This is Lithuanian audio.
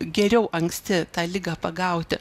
geriau anksti tą ligą pagauti